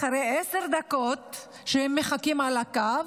אחרי עשר דקות שהם מחכים על הקו,